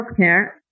healthcare